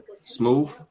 Smooth